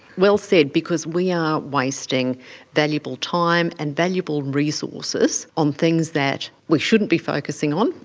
well said, because we are wasting valuable time and valuable resources on things that we shouldn't be focusing on,